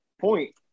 point